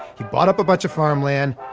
he bought up a bunch of farmland,